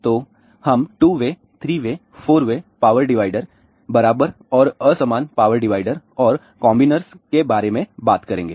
तो हम 2 way 3 way 4 way power divider बराबर और असमान पावर डिवाइडर और कॉम्बिनर्स के बारे में बात करेंगे